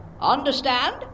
Understand